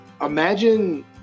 imagine